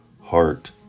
heart